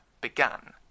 began